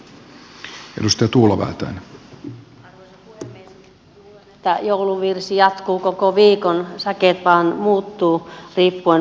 minä luulen että jouluvirsi jatkuu koko viikon säkeet vain muuttuvat riippuen pääluokasta